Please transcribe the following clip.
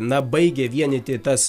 na baigia vienyti tas